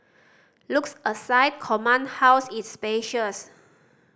looks aside Command House is spacious